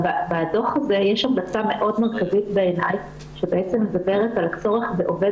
בדו"ח הזה יש המלצה מאוד מרכזית בעיני שבעצם מדברת על הצורך בעובד